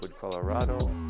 Colorado